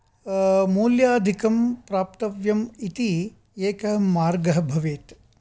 मूल्याधिकं प्राप्तव्यं इति एकः मार्गः भवेत्